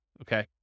okay